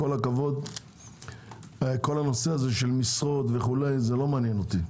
עם כל הכבוד כל הנושא של משרות זה לא מעניין אותי.